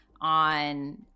on